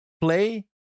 Play